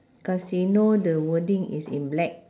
casino the wording is in black